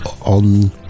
on